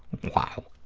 wow.